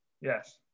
Yes